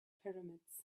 pyramids